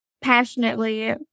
passionately